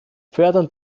fördern